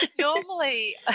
normally